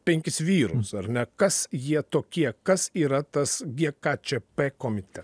penkis vyrus ar ne kas jie tokie kas yra tas gie ką čė pė komite